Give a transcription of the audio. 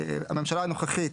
הממשלה הנוכחית